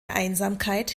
einsamkeit